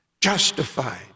Justified